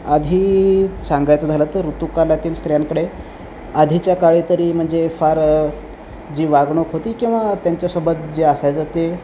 आधी सांगायचं झालं तर ऋतूकालतील स्त्रियांकडे आधीच्या काळीतरी म्हणजे फार जी वागणूक होती किंवा त्यांच्यासोबत जे असायचं ते